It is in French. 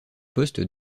poste